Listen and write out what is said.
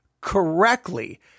correctly